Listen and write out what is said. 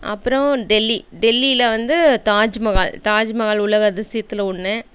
அப்புறம் டெல்லி டெல்லியில் வந்து தாஜ்மஹால் தாஜ்மஹால் உலக அதிசயத்தில் ஒன்று